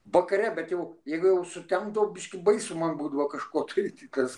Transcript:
vakare bet jau jeigu jau sutemdavo biškį baisu man būdavo kažko tai eit į tas